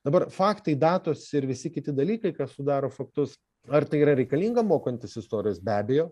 dabar faktai datos ir visi kiti dalykai kas sudaro faktus ar tai yra reikalinga mokantis istorijos be abejo